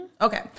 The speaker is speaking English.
Okay